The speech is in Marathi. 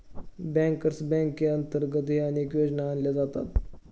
बँकर्स बँकेअंतर्गतही अनेक योजना आणल्या जातात